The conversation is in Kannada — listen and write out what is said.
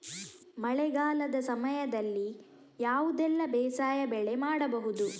ಮಳೆಗಾಲದ ಸಮಯದಲ್ಲಿ ಯಾವುದೆಲ್ಲ ಬೇಸಾಯ ಬೆಳೆ ಮಾಡಬಹುದು?